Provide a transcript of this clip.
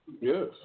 Yes